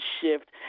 shift